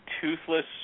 toothless